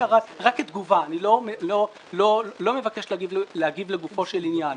כתגובה - אני לא מבקש להגיב לגופו של עניין